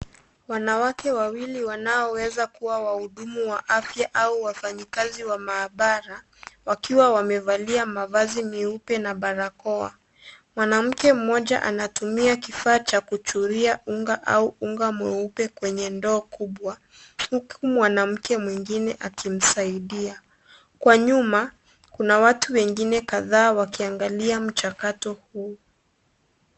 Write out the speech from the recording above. Wanawake wawili wanaoweza kuwa wahudumu wa afya au wafanyikazi wa maabara, wakiwa wamevalia mavazi meupe na barakoa. Mwanamke mmoja anatumia kifaa cha kuchuria unga au unga mweupe kwenye ndoo kubwa, huku mwanamke mwingine akimsaidia. Kwa nyuma, kuna watu wengine kadhaa wakiangalia mchakato huu.